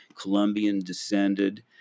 Colombian-descended